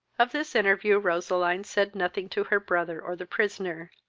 of this interview roseline said nothing to her brother or the prisoner,